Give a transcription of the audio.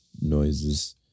noises